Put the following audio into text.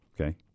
Okay